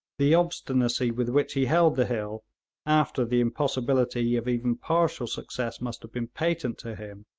the obstinacy with which he held the hill after the impossibility of even partial success must have been patent to him,